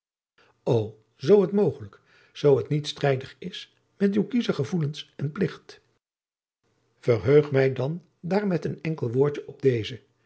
o zoo het mogelijk zoo het niet strijdig is met uw kiesche gevoelens van pligt verheug mij dan daar met een enkel woordje op deadriaan